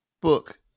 book